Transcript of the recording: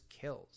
killed